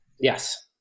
Yes